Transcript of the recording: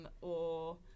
or-